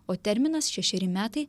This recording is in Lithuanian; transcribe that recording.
o terminas šešeri metai